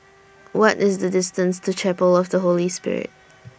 What IS The distance to Chapel of The Holy Spirit